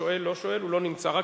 שואל או לא שואל,